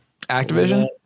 Activision